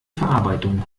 verarbeitung